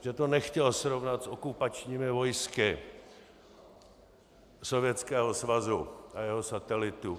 Že to nechtěl srovnat s okupačními vojsky Sovětského svazu a jeho satelitů.